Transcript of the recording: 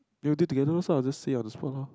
they will do together lor so I'll just say on the spot lor